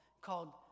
called